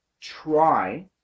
try